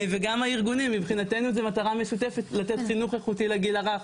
וגם הארגונים מבחינתנו זה מטרה משותפת לתת חינוך איכותי לגיל הרך,